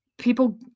people